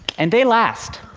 and they last,